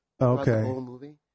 Okay